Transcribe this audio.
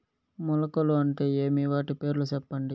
మొలకలు అంటే ఏమి? వాటి పేర్లు సెప్పండి?